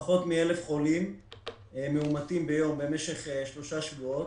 פחות מ-1,000 חולים מאומתים ביום למשך שלושה שבועות,